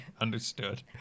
Understood